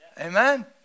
Amen